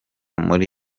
muri